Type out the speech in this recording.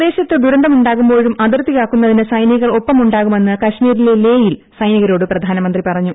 പ്രദേശത്ത് ദുരന്തമുണ്ടാകുമ്പോഴും അതിർത്തി കാക്കുന്നതിന് സൈനികർ ഒപ്പമുണ്ടാകുമെന്ന് കശ്മീരിക്കല് ലേയിൽ സൈനികരോട് പ്രധാനമന്ത്രി പറഞ്ഞു